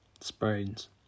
sprains